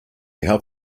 help